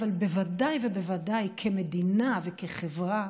ובוודאי ובוודאי כמדינה וכחברה,